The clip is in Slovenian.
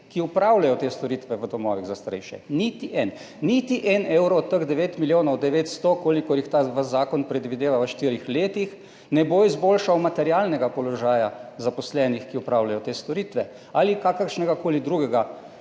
ki opravljajo te storitve v domovih za starejše. Niti en. Niti en evro od teh 9 milijonov 900, kolikor jih ta vaš zakon predvideva v štirih letih, ne bo izboljšal materialnega položaja zaposlenih, ki opravljajo te storitve, ali kakršnegakoli drugega